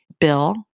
Bill